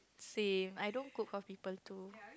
same I don't cook for people too